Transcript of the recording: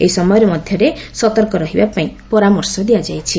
ଏହି ସମୟ ମଧ୍ୟରେ ସତର୍କ ରହିବା ପାଇଁ ପରାମର୍ଶ ଦିଆଯାଇଛି